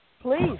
Please